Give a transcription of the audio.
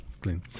clean